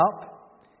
up